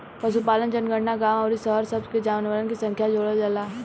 पशुपालन जनगणना गांव अउरी शहर सब के जानवरन के संख्या जोड़ल जाला